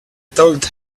told